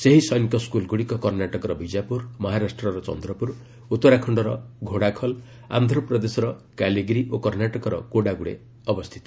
ସେହି ସୈନିକ ସ୍କୁଲଗୁଡ଼ିକ କର୍ଷ୍ଣାଟକର ବିଜାପୁର ମହାରାଷ୍ଟ୍ରର ଚନ୍ଦ୍ରପୁର ଉତ୍ତରାଖଣ୍ଡର ଘୋଡ଼ାଖଲ ଆନ୍ଧ୍ରପ୍ରଦେଶର କାଲିକିରି ଓ କର୍ଷ୍ଣାଟକର କୋଡ଼ାଗ୍ରରେ ଅବସ୍ଥିତ